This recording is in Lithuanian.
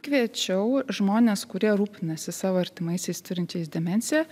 kviečiau žmones kurie rūpinasi savo artimaisiais turinčiais demenciją